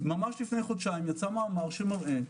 לפני חודשיים יצא מאמר שמראה,